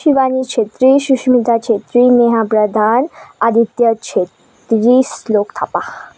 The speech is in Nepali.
शिवानी छेत्री सुष्मिता छेत्री नेहा गदाल आदित्य छेत्री श्लोक थापा